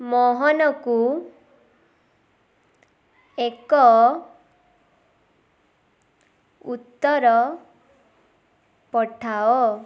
ମୋହନକୁ ଏକ ଉତ୍ତର ପଠାଅ